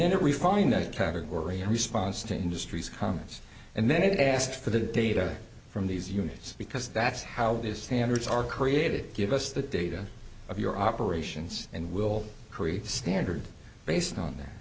then we find that category in response to industries comments and then they've asked for the data from these units because that's how these standards are created give us the data of your operations and we'll create a standard based on th